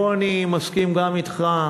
פה אני מסכים גם אתכם,